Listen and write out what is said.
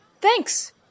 Thanks